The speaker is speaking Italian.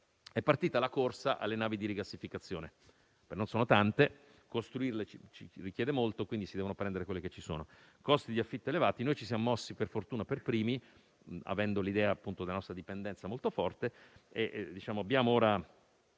è partita la corsa alle navi di rigassificazione: non sono tante e costruirle richiede molto, quindi si devono prendere quelle che ci sono. Quanto ai costi di affitto elevati, per fortuna ci siamo mossi per primi, avendo l'idea della nostra dipendenza molto forte, e abbiamo ora